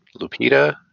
Lupita